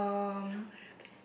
um